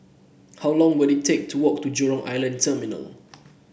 how long will it take to walk to Jurong Island Terminal